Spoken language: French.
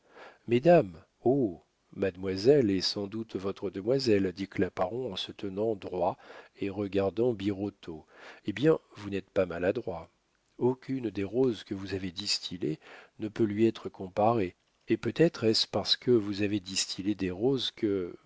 mesdames oh mademoiselle est sans doute votre demoiselle dit claparon en se tenant droit et regardant birotteau eh bien vous n'êtes pas maladroit aucune des roses que vous avez distillées ne peut lui être comparée et peut-être est-ce parce que vous avez distillé des roses que